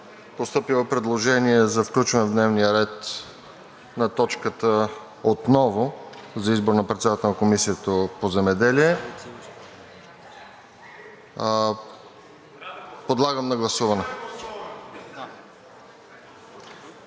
Постъпило е предложение за включване отново в дневния ред на точката за избор на председател на Комисията по земеделие. Подлагам го на гласуване.